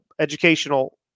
educational